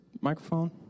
microphone